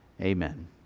amen